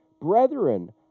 Brethren